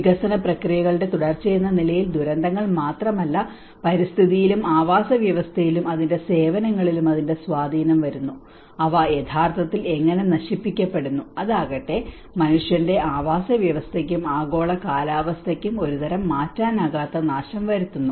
വികസന പ്രക്രിയകളുടെ തുടർച്ചയെന്ന നിലയിൽ ദുരന്തങ്ങൾ മാത്രമല്ല പരിസ്ഥിതിയിലും ആവാസവ്യവസ്ഥയിലും അതിന്റെ സേവനങ്ങളിലും അതിന്റെ സ്വാധീനം വരുന്നു അവ യഥാർത്ഥത്തിൽ എങ്ങനെ നശിപ്പിക്കപ്പെടുന്നു അതാകട്ടെ മനുഷ്യന്റെ ആവാസവ്യവസ്ഥയ്ക്കും ആഗോള കാലാവസ്ഥയ്ക്കും ഒരുതരം മാറ്റാനാകാത്ത നാശം വരുത്തുന്നു